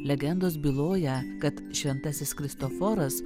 legendos byloja kad šventasis kristoforas